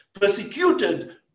Persecuted